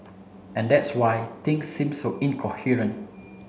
and that's why things seem so incoherent